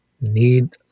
need